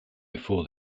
before